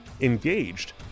engaged